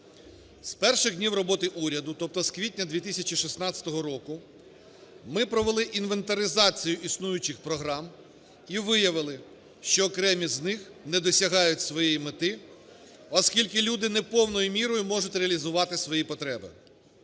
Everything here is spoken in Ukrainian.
З перших днів роботи уряду, тобто з квітня 2016 року, ми провели інвентаризацію існуючих програм і виявили, що окремі з них не досягають своєї мети, оскільки люди не повною мірою можуть реалізувати свої потреби.